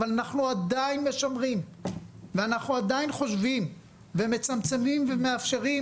אבל אנחנו עדיין משמרים ואנחנו עדיין חושבים ומצמצמים ומאפשרים